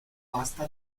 pasta